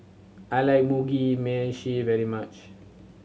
I like Mugi Meshi very much